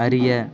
அறிய